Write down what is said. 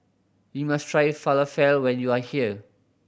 you must try Falafel when you are here